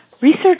research